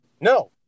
no